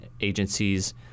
agencies